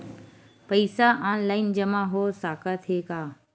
पईसा ऑनलाइन जमा हो साकत हे का?